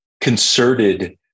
concerted